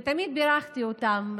ותמיד בירכתי אותם.